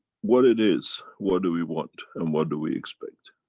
what it is, what do we want and what do we expect?